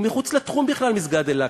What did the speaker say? הוא מחוץ לתחום בכלל, מסגד אל-אקצא.